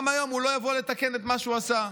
גם היום הוא לא יבוא לתקן את מה שהוא עשה.